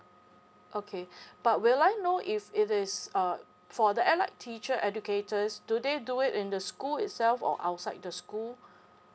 okay but will I know if it is uh for the allied teacher educators do they do it in the school itself or outside the school